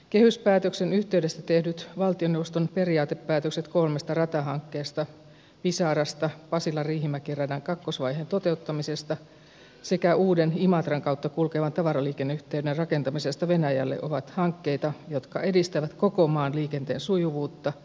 kehyspäätöksen yhteydessä tehdyt valtioneuvoston periaatepäätökset kolmesta ratahankkeesta pisarasta pasilariihimäki radan kakkosvaiheen toteuttamisesta sekä uuden imatran kautta kulkevan tavaraliikenneyhteyden rakentamisesta venäjälle ovat hankkeita jotka edistävät koko maan liikenteen sujuvuutta